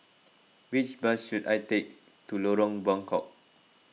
which bus should I take to Lorong Buangkok